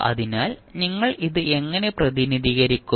അതിനാൽ നിങ്ങൾ ഇത് എങ്ങനെ പ്രതിനിധീകരിക്കും